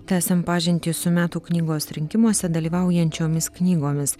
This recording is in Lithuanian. tęsiam pažintį su metų knygos rinkimuose dalyvaujančiomis knygomis